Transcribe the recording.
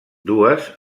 dues